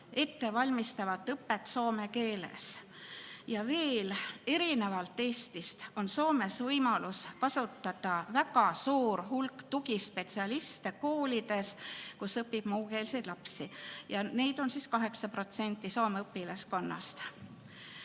ettevalmistavat õpet soome keeles. Ja veel, erinevalt Eestist on Soomes võimalus kasutada väga suurt hulka tugispetsialiste koolides, kus õpib muukeelseid lapsi. Ja neid on 8% Soome õpilaskonnast.